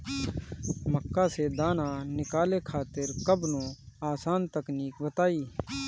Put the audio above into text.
मक्का से दाना निकाले खातिर कवनो आसान तकनीक बताईं?